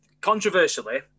controversially